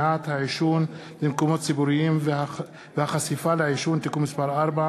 הצעת חוק למניעת העישון במקומות ציבוריים והחשיפה לעישון (תיקון מס' 4)